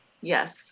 Yes